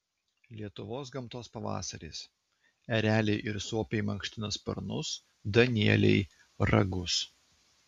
lietuvos gamtos pavasaris ereliai ir suopiai mankština sparnus danieliai ragus